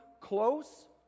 close